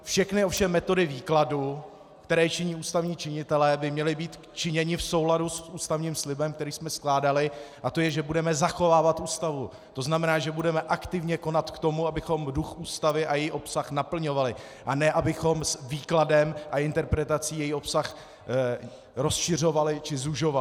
Všechny ovšem metody výkladu, které činí ústavní činitelé, by měly být činěny v souladu s ústavním slibem, který jsme skládali, a to je, že budeme zachovávat Ústavu, tzn., že budeme aktivně konat k tomu, abychom duch Ústavy a její obsah naplňovali, a ne abychom s výkladem a interpretací její obsah rozšiřovali či zužovali.